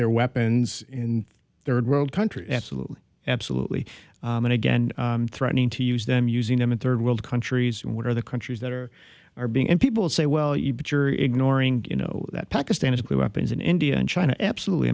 their weapons in third world countries absolutely absolutely and again threatening to use them using them in third world countries and what are the countries that are are being and people say well you but you're ignoring you know that pakistan is clear weapons in india and china absolutely